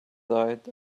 died